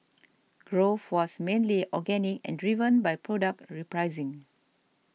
growth was mainly organic and driven by product repricing